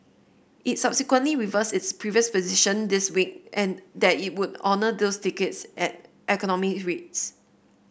it subsequently reversed its previous position this week and that it would honour those tickets at economy rates